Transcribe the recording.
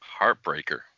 Heartbreaker